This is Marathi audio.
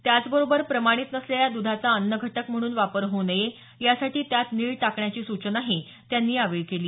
त्याचबरोबर प्रमाणित नसलेल्या दुधाचा अन्न घटक म्हणून वापर होऊ नये यासाठी त्यात निळ टाकण्याची सूचनाही त्यांनी यावेळी केली